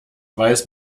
weiß